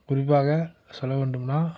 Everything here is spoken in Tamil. குறிப்பாக சொல்லவேண்டும்னால்